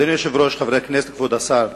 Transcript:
אדוני היושב-ראש, חברי הכנסת, כבוד השר,